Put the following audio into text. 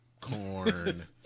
Corn